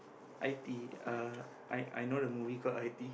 i_t uh I I know the movie called i_t